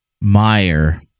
Meyer